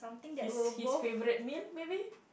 she's his favourite meal maybe